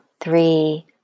three